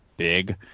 big